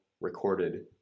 recorded